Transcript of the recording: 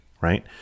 right